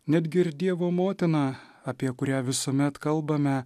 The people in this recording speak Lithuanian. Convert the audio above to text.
netgi ir dievo motina apie kurią visuomet kalbame